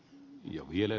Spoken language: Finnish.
kiitos siitä